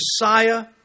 Messiah